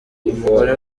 umugore